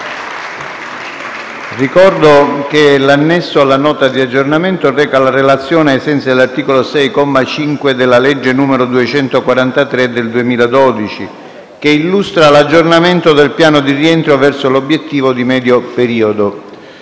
Ricordo che l'Annesso alla Nota di aggiornamento reca la relazione ai sensi dell'articolo 6, comma 5, della legge n. 243 del 2012, che illustra l'aggiornamento del piano di rientro verso l'obiettivo di medio periodo.